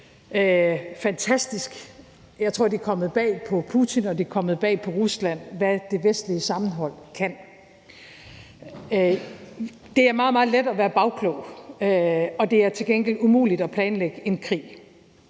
fantastisk. Jeg tror, det er kommet bag på Putin, og det er kommet bag på Rusland, hvad det vestlige sammenhold kan. Det er meget, meget let at være bagklog, og det er til gengæld umuligt at planlægge en krig.